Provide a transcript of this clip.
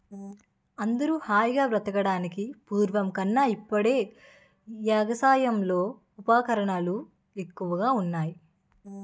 అందరూ హాయిగా బతకడానికి పూర్వం కన్నా ఇప్పుడే ఎగసాయంలో ఉపకరణాలు ఎక్కువగా ఉన్నాయ్